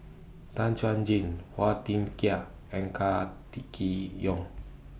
Tan Chuan Jin Phua Thin Kiay and Car T Kee Yong